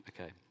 okay